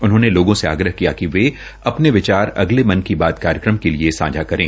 उन्होंने लोगों से आग्रह किया कि वे अपने विचार अगले मन की बात कार्यक्रम के लिए सांझा करें